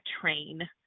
train